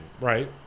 Right